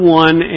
one